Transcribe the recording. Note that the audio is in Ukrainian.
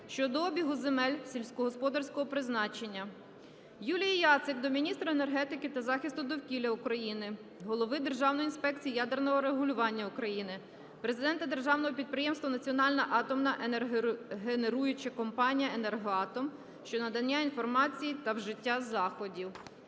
щодо обігу земель сільськогосподарського призначення. Юлії Яцик до міністра енергетики та захисту довкілля України, голови Державної інспекції ядерного регулювання України, президента державного підприємства "Національна атомна енергогенеруюча компанія "Енергоатом" щодо надання інформації та вжиття заходів.